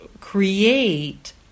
create